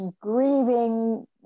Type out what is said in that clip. grieving